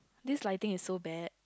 this lighting is so bad